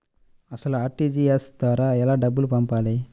అసలు అర్.టీ.జీ.ఎస్ ద్వారా ఎలా డబ్బులు పంపాలి?